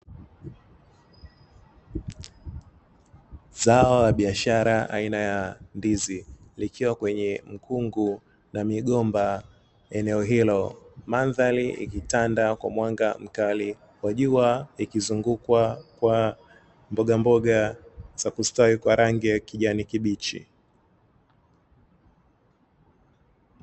Zao la biashara aina ya ndizi likiwa kwenye mkungu na migomba eneo hilo, mandhari ikitanda kwa mwanga mkali wa jua likizungukwa kwa mboga mboga za kustawi kwa rangi ya kijani kibichi.